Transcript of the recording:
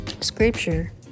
Scripture